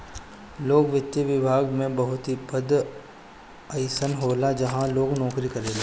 लोक वित्त विभाग में बहुत पद अइसन होला जहाँ लोग नोकरी करेला